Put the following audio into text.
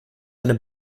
eine